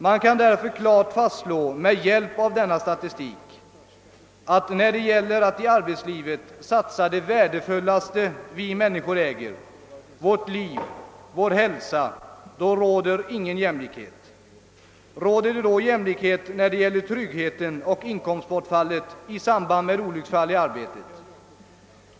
Man kan därför med hjälp av denna statistik klart fastslå, att ingen jämlikhet råder då det gäller att i arbetslivet satsa det värdefullaste vi äger, vårt liv och vår hälsa. Råder det då jämlikhet beträffande tryggheten och inkomstbortfallet i samband med olycksfall i arbetet?